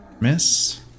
Miss